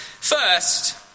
First